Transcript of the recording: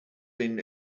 been